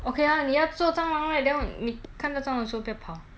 okay lah 你要做蟑螂 right then 你看到蟑螂的时候你不要跑